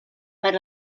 per